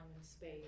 space